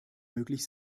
möglich